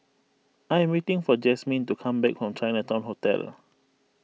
I am waiting for Jazmine to come back from Chinatown Hotel